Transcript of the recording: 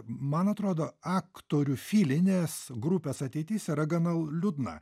man atrodo aktorių filinės gru pės ateitis yra gana liūdna